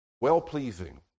well-pleasing